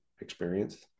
experience